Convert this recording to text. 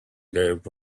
gave